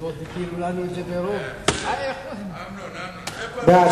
את הנושא בסדר-היום של הכנסת נתקבלה.